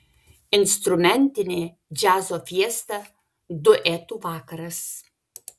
instrumentinė džiazo fiesta duetų vakaras